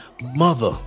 mother